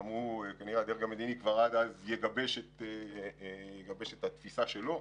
כנראה עד אז הדרג המדיני יגבש את התפיסה שלו